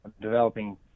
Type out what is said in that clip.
developing